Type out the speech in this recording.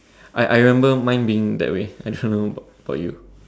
I I remember mine being that way excellent book for you